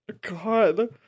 God